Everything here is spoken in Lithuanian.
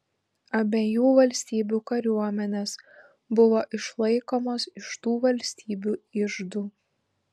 abiejų valstybių kariuomenės buvo išlaikomos iš tų valstybių iždų